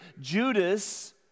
Judas